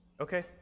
okay